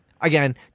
Again